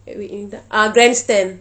ஏதாப்பில்லை:ethapillai ah grandstand